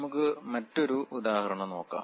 നമുക്ക് മറ്റൊരു ഉദാഹരണം നോക്കാം